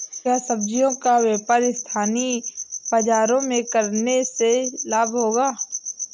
क्या सब्ज़ियों का व्यापार स्थानीय बाज़ारों में करने से लाभ होगा?